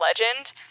legend